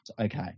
Okay